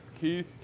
Keith